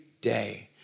day